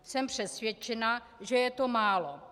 Jsem přesvědčena, že je to málo.